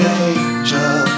angel